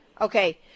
Okay